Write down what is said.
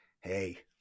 hey